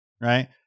right